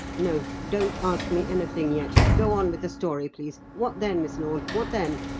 no don't ask me anything yet. go on with the story, please. what then, miss lorne, what then?